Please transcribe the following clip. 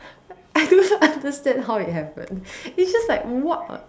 I don't understand how it happened it's just like what